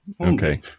Okay